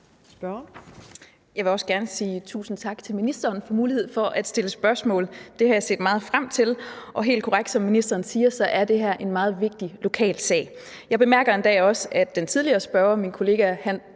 Jeg vil også gerne sige tusind tak til ministeren for muligheden for at stille spørgsmål. Det har jeg set meget frem til, og helt korrekt, som ministeren siger, er det her en meget vigtig lokal sag. Jeg bemærker endda, at den tidligere spørger, min kollega hr.